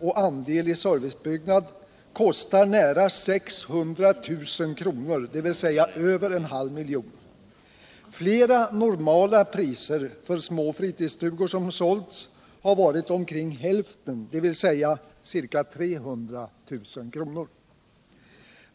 och andel i servicebyggnad kostar nära 600 000 kr., dvs. över en halv miljon. Mera normala priser för små fritidsstugor som sålts har varit omkring hälften, dvs. ca 300 000 kr.